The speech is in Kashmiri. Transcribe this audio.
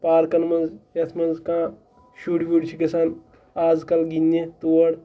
پارکَن منٛز یَتھ منٛز کانٛہہ شُرۍ وُرۍ چھِ گژھان آز کَل گِنٛدنہِ تور